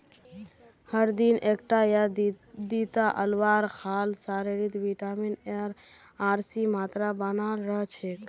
हर दिन एकटा या दिता आंवला खाल शरीरत विटामिन एर आर सीर मात्रा बनाल रह छेक